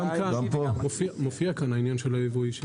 גם כאן יש.